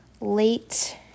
late